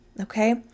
okay